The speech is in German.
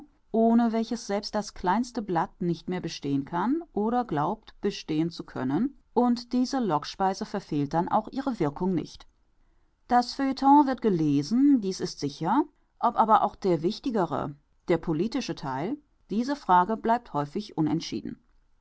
ohne welches selbst das kleinste blatt nicht mehr bestehen kann oder glaubt bestehen zu können und diese lockspeise verfehlt dann auch ihre wirkung nicht das feuilleton wird gelesen dies ist sicher ob aber auch der wichtigere der politische theil diese frage bleibt häufig unentschieden